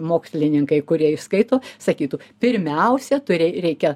mokslininkai kurie ir skaito sakytų pirmiausia turi reikia